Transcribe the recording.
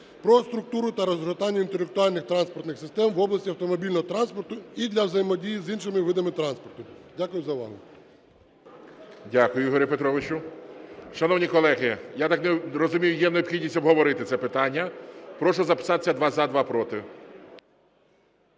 про структуру та розгортання інтелектуальних транспортних систем в області автомобільного транспорту і для взаємодії з іншими видами транспорту. Дякую за увагу. ГОЛОВУЮЧИЙ. Дякую, Ігорю Петровичу. Шановні колеги, я так розумію, є необхідність обговорити це питання. Прошу записатися: два – за, два – проти.